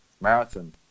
marathon